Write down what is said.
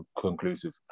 conclusive